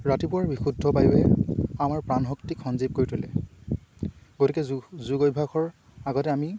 ৰাতিপুৱাৰ বিশুদ্ধ বায়ুৱে আমাৰ প্ৰাণ শক্তিক সঞ্জীৱ কৰি তোলে গতিকে যো যোগ অভ্যাসৰ আগতে আমি